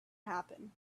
happen